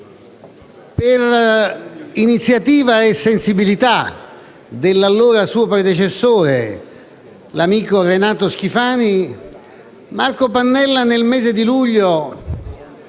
per iniziativa e sensibilità del suo predecessore, l'amico Renato Schifani, Marco Pannella nel mese di luglio